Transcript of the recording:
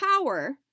power